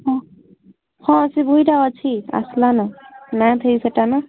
ହଁ ହଁ ସେଇ ବହି ଟା ଅଛି ଆସଲାନ୍ ନା ଥି ସେଇଟା ନା